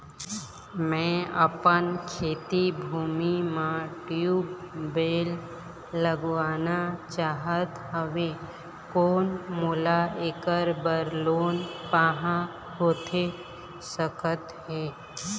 मैं अपन खेती भूमि म ट्यूबवेल लगवाना चाहत हाव, कोन मोला ऐकर बर लोन पाहां होथे सकत हे?